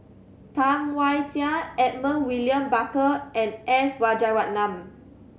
Tam Wai Jia Edmund William Barker and S Rajaratnam